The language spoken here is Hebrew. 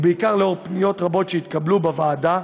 ובעיקר לנוכח פניות רבות שהתקבלו בוועדה,